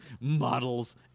Models